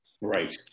Right